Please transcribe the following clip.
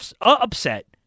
upset